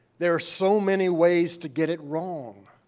there are so many ways to get it wrong.